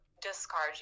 discard